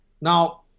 Now